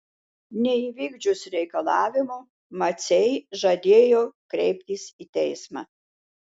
neįvykdžius reikalavimų maciai žadėjo kreiptis į teismą